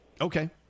Okay